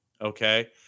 okay